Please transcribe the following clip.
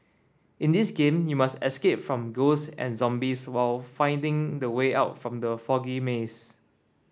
in this game you must escape from ghosts and zombies while finding the way out from the foggy maze